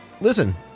listen